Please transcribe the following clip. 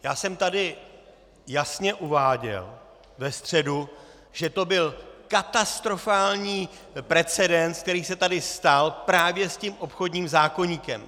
Já jsem tady jasně uváděl ve středu, že to byl katastrofální precedens, který se tady stal, právě s tím obchodním zákoníkem!